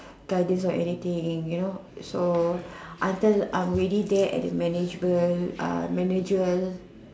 guy deals or anything you know so until I am already there at the manageable uh manager